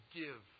give